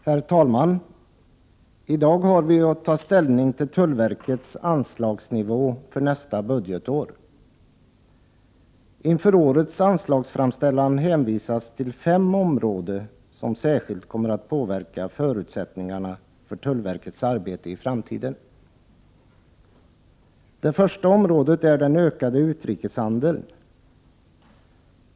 Herr talman! I dag har vi att ta ställning till tullverkets anslagsnivå för nästa budgetår. Inför årets anslagsframställan hänvisas till fem områden som särskilt kommer att påverka förutsättningarna för tullverkets arbete i framtiden. Det första området är den ökande utrikeshandeln.